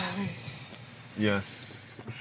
Yes